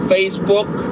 Facebook